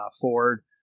Ford